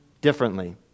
differently